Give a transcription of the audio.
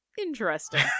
interesting